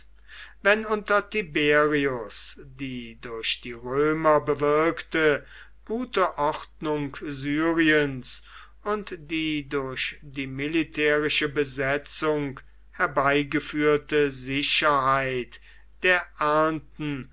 wenn unter tiberius die durch die römer bewirkte gute ordnung syriens und die durch die militärische besetzung herbeigeführte sicherheit der ernten